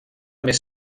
més